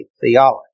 theology